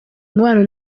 umubano